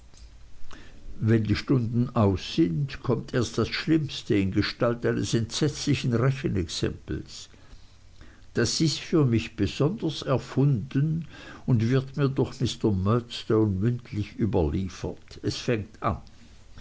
wenn die stunden aus sind kommt erst das schlimmste in gestalt eines entsetzlichen rechenexempels das ist für mich besonders erfunden und wird mir durch mr murdstone mündlich überliefert es fängt an